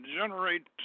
generate